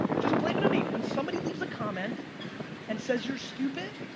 just blame it on me. when somebody leaves a comment and says you're stupid.